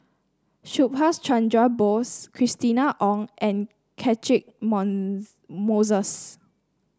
Subhas Chandra Bose Christina Ong and Catchick Moses